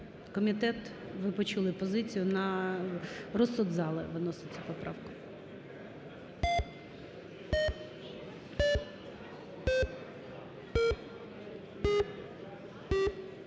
Комітет, ви почули позицію, на розсуд зали виноситься поправка.